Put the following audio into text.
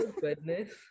goodness